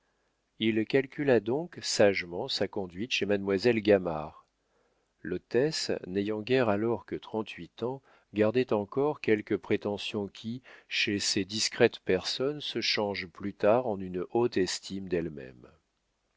il calcula donc sagement sa conduite chez mademoiselle gamard l'hôtesse n'ayant guère alors que trente-huit ans gardait encore quelques prétentions qui chez ces discrètes personnes se changent plus tard en une haute estime d'elles-mêmes